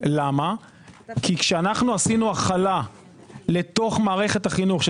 כי כשעשינו החלה לתוך מערכת החינוך של